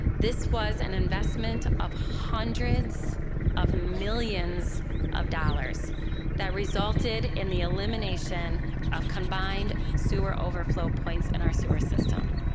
this was an investment of hundreds of millions of dollars that resulted in the elimination of combined sewer overflow points in our sewer system.